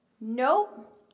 nope